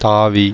தாவி